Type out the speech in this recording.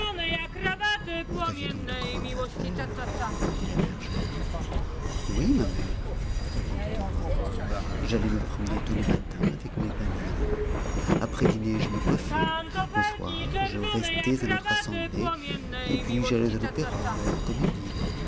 vous aviez donc de grandes affaires lui dit la bergère oui ma mère répondit aurore j'allais me promener tous les matins avec mes bonnes amies après dîner je me coiffais le soir je restais à notre assemblée et puis j'allais à l'opéra à la comédie